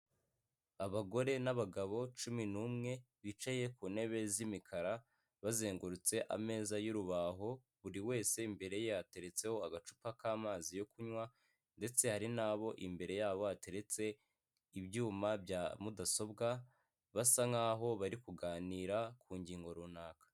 Abagore n'abagabo cumi n'umwe bicaye ku ntebe z'imikara bazengurutse ameza y'urubaho, buri wese imbere ye hateretseho agacupa k'amazi yo kunywa ndetse hari nabo imbere yabo ateretse ibyuma bya mudasobwa basa nkaho bari kuganira ku ngingo runaka.